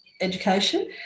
education